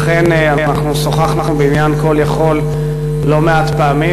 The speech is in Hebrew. אכן אנחנו שוחחנו בעניין "Call יכול" לא מעט פעמים.